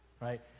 right